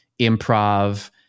improv